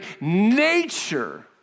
nature